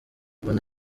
mbona